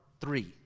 three